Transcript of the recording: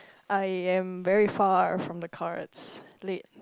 I am very far from the cards laid